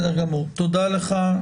תודה לך.